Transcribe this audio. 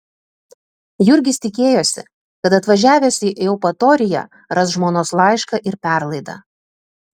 jurgis tikėjosi kad atvažiavęs į eupatoriją ras žmonos laišką ir perlaidą